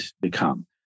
become